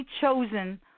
chosen